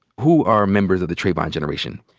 who are members of the trayvon generation?